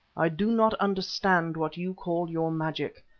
i do not understand what you call your magic.